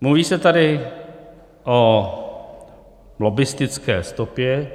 Mluví se tady o lobbistické stopě